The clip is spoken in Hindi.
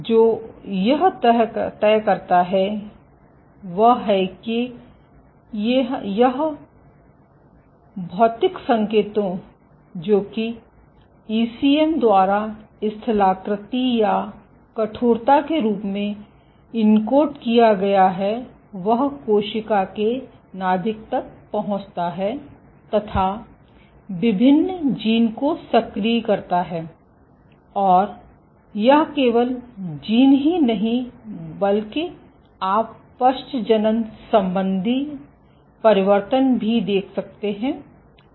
तो यह जो तय करता है वह है कि ये भौतिक संकेतों जो कि ईसीएम द्वारा स्थलाकृति या कठोरता के रूप में एन्कोड किया गया है वह कोशिका के नाभिक तक पहुंचता है तथा विभिन्न जीन को सक्रिय करता है और यह केवल जीन ही नहीं है बल्कि आप पश्चजनन सम्बन्धी परिवर्तन भी देख सकते हैं